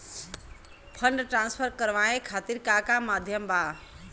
Fund transfer करवाये खातीर का का माध्यम बा?